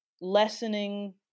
lessening